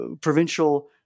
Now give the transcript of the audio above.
provincial